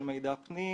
של מידע פנים,